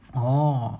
orh